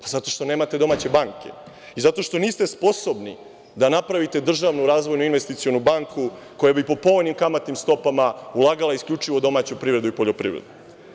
Zato što nemate domaće banke i zato što niste sposobni da napravite državnu razvojnu investicionu banku koja bi po povoljnim kamatnim stopama ulagala isključivo u domaću privredu i poljoprivredu.